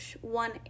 one